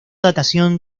datación